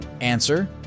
Answer